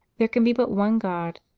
there can be but one god,